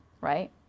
right